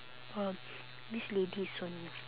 orh this lady is so n~